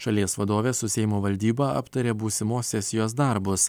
šalies vadovė su seimo valdyba aptarė būsimos sesijos darbus